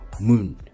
moon